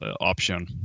option